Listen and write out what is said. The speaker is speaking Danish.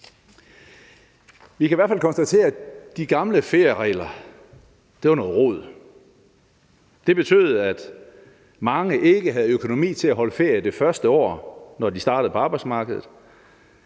Vi kan i hvert fald konstatere, at de gamle ferieregler var noget rod – de betød, at mange ikke havde økonomi til at holde ferie det første år, når de startede på arbejdsmarkedet